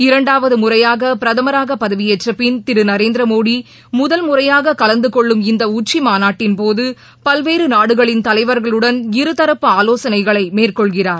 இரண்டாவதுமுறையாகபிரதமாகபதவியேற்றப் பின்னா் திருநரேந்திரமோடிமுதல் முறையாககலந்துகொள்ளும் இந்தஉச்சிமாநட்டின்போதபல்வேறுநாடுகளின் தலைவர்களுடன் இருதரப்பு ஆலோசனைகளைமேற்கொள்கிறார்